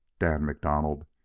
dan macdonald,